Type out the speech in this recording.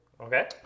Okay